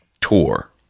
tour